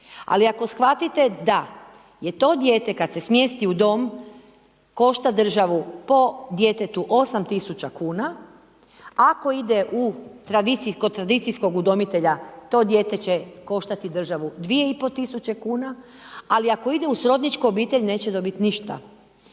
ali ako shvatite da je to dijete kada se smjesti u dom košta državu po djetetu 8.000,00 kn, a ako ide u tradicijskog udomitelja, to dijete će koštati državu 2.500,00 kn, ali ako ide u srodničku obitelj, neće dobiti ništa.